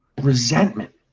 resentment